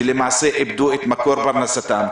שהם למעשה איבדו את מקור פרנסתם.